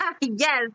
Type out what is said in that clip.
Yes